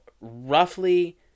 roughly